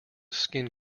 skin